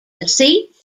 deceit